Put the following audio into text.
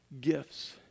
gifts